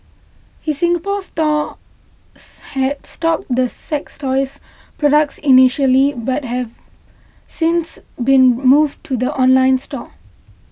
his Singapore store had stocked the sex toys products initially but have since been moved to the online store